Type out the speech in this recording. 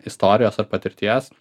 istorijos ar patirties